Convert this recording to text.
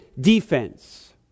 defense